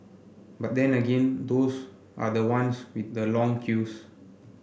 but then again those are the ones with the long queues